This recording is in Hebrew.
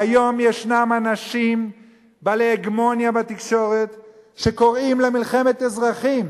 והיום יש אנשים בעלי הגמוניה בתקשורת שקוראים למלחמת אזרחים.